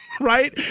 Right